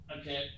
Okay